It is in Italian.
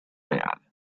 reale